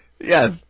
Yes